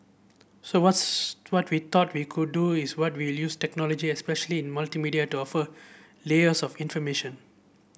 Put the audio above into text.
so what's what we thought we could do is what we use technology especially multimedia to offer layers of information